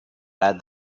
add